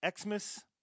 Xmas